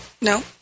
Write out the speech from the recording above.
no